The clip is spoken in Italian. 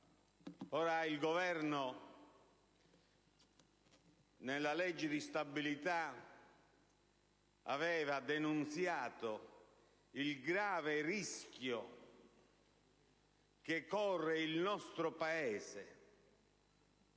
euro. Il Governo nella legge di stabilità aveva denunciato il grave rischio che corre il nostro Paese,